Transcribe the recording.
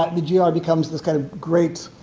ah the g i. becomes this kind of great